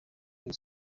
iyo